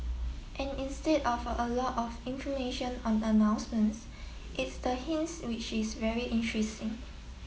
and instead of a lot of information on announcements it's the hints which is very